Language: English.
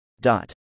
Dot